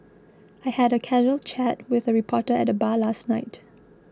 I had a casual chat with a reporter at the bar last night